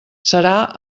serà